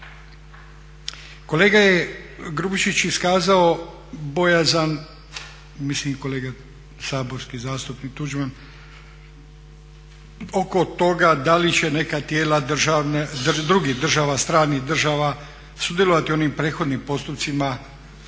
Kolega je Grubišić iskazao bojazan, mislim kolega saborski zastupnik Tuđman oko toga da li će neka tijela drugih država, stranih država sudjelovati u onim prethodnim postupcima